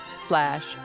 slash